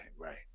right